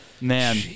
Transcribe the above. Man